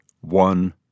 one